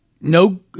no